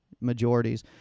majorities